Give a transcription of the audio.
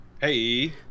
Hey